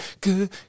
good